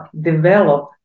develop